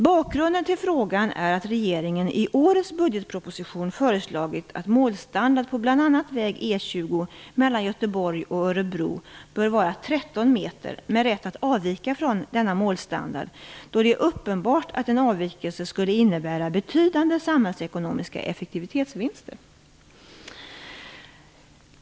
Bakgrunden till frågan är att regeringen i årets budgetproposition föreslagit att målstandard på bl.a. väg E 20 mellan Göteborg och Örebro bör vara 13 m och att man skall ha rätt att avvika från denna målstandard då det är uppenbart att en avvikelse skulle innebära betydande samhällsekonomiska effektivitetsvinster.